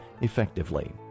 effectively